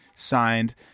Signed